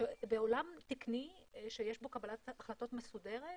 בעולם תקני, שיש בו קבלת החלטות מסודרת,